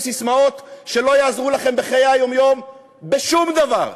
ססמאות שלא יעזרו לכם בחיי היום-יום בשום דבר,